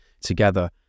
together